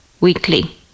weekly